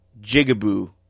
jigaboo